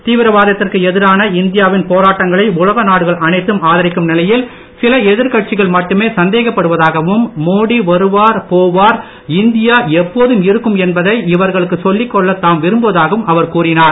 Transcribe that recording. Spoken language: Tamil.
தீவிரவாதத்திற்கு இந்தியாவின் போராட்டங்களை உலக நாடுகள் அனைத்தும் ஆதரிக்கும் நிலையில் சில எதிர்க்கட்சிகள் மட்டுமே சந்தேகப்படுவதாகவும் மோடி வருவார் போவார் இந்தியா எப்போதும் இருக்கும் என்பதை இவர்களுக்கு சொல்லி கொள்ள தாம் விரும்புவதாகவும் அவர் கூறினார்